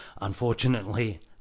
unfortunately